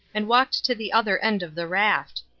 and walked to the other end of the raft.